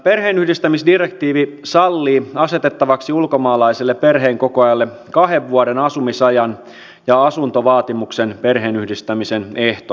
perheenyhdistämisdirektiivi sallii asetettavaksi ulkomaalaiselle perheenkokoajalle kahden vuoden asumisajan ja asuntovaatimuksen perheenyhdistämisen ehtona